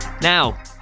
Now